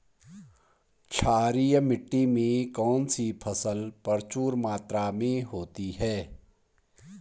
क्षारीय मिट्टी में कौन सी फसल प्रचुर मात्रा में होती है?